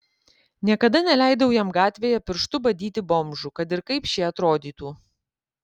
niekada neleidau jam gatvėje pirštu badyti bomžų kad ir kaip šie atrodytų